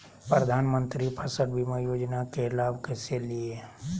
प्रधानमंत्री फसल बीमा योजना के लाभ कैसे लिये?